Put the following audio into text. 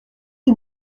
est